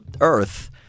earth